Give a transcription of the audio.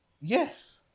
Yes